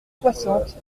soixante